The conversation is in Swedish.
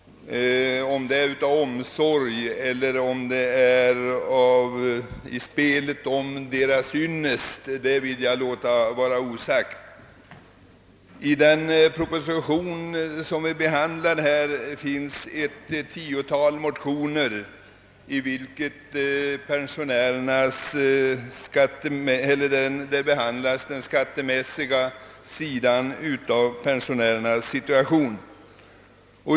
Om detta beror på omsorg om pensionärerna eller om det är ett led i spelet om deras yn nest skall jag låta vara osagt. I anslutning till den proposition vi nu har att ta ställning till har det väckts ett tiotal motionspar, som berör den skattemässiga sidan av pensionärernas situation.